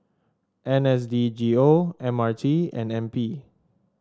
N S D G O M R T and N P